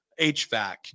HVAC